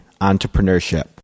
entrepreneurship